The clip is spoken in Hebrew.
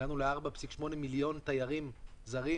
הגענו ל-4.8 מיליון תיירים זרים